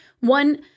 one